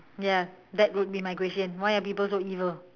ya that would be my question why are people so evil